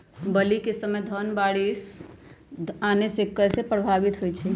बली क समय धन बारिस आने से कहे पभवित होई छई?